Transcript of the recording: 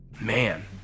Man